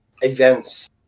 events